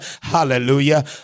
hallelujah